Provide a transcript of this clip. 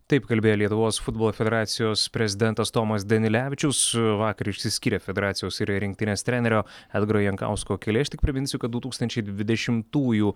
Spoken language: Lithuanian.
taip kalbėjo lietuvos futbolo federacijos prezidentas tomas danilevičius vakar išsiskyrė federacijos ir rinktinės trenerio edgaro jankausko keliai aš tik priminsiu kad du tūkstančiai dvidešimtųjų